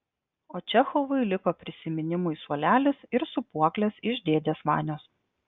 o čechovui liko prisiminimui suolelis ir sūpuoklės iš dėdės vanios